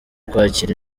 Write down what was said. kwakira